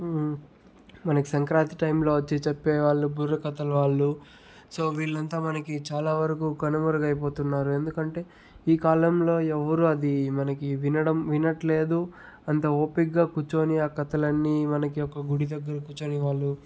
మనకి సంక్రాంతి టైంలో వచ్చే చెప్పే వాళ్ళు బుర్రకథల వాళ్ళు సో వీళ్ళంతా మనకి చాలా వరకు కనుమరుగైపోతున్నారు ఎందుకంటే ఈ కాలంలో ఎవరు అది మనకి వినడం వినట్లేదు అంత ఓపిగ్గా కూర్చొని ఆ కథలన్నీ మనకి ఒక గుడి దగ్గర కూర్చొని వాళ్ళు